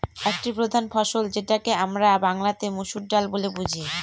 একটি প্রধান ফসল যেটাকে আমরা বাংলাতে মসুর ডাল বলে বুঝি